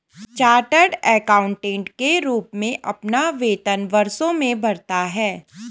chartered accountant के रूप में आपका वेतन वर्षों में बढ़ता है